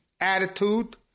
attitude